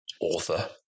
author